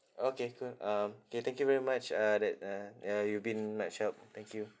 okay can um K thank you very much uh that uh ya you've been much help thank you